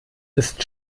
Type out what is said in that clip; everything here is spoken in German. ist